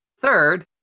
Third